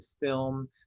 film